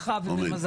גדולה ורחבה